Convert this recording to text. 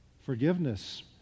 Forgiveness